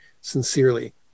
sincerely